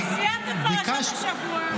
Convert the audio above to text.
סיימת פרשת השבוע.